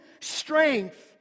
strength